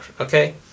okay